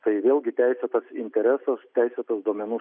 tai vėlgi teisėtas interesas teisėtas duomenų